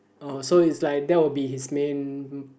oh so it's like that will be his main